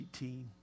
18